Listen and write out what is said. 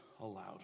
aloud